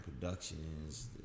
productions